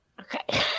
Okay